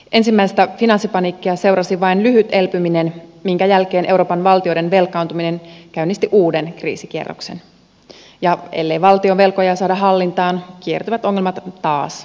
ensimmäistä finanssipaniikkia seurasi vain lyhyt elpyminen minkä jälkeen euroopan valtioiden velkaantuminen käynnisti uuden kriisikierroksen ja ellei valtion velkoja saada hallintaan kiertyvät ongelmat taas pankkikriisiksi